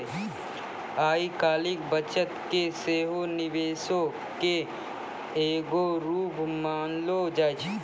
आइ काल्हि बचत के सेहो निवेशे के एगो रुप मानलो जाय छै